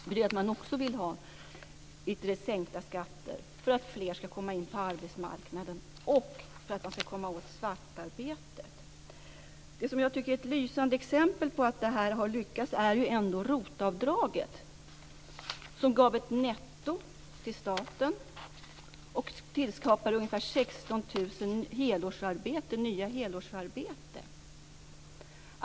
Men av hänsyn till socialdemokraterna väntar man med att presentera det till efter s-kongressen. Det som jag tycker är ett lysande exempel på att detta har lyckats är ju ROT-avdraget som gav ett netto till staten och tillskapade ungefär 16 000 nya helårsarbeten.